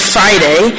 Friday